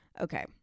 Okay